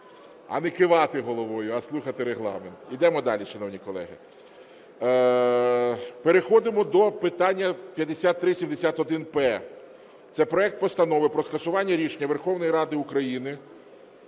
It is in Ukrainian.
а не кивати головою, а слухати Регламент. Йдемо далі, шановні колеги. Переходимо до питання, 5371-П – це проект Постанови про скасування рішення Верховної Ради України